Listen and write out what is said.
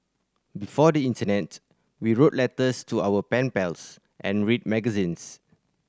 before the internet we wrote letters to our pen pals and read magazines